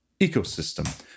ecosystem